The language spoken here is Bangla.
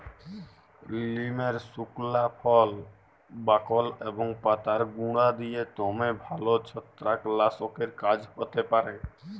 লিমের সুকলা ফল, বাকল এবং পাতার গুঁড়া দিঁয়ে দমে ভাল ছত্রাক লাসকের কাজ হ্যতে পারে